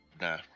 Nah